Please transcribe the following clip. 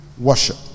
worship